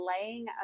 laying